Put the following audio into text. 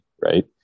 right